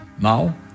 Now